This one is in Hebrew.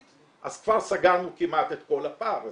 אז כבר סגרנו כמעט את כל הפער הזה.